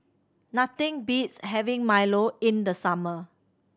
nothing beats having milo in the summer